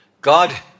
God